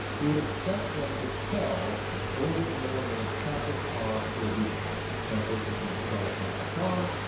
we would expect them to sell a little bit more than a half of car per week. now of course they can't sell a half a car,